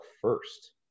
first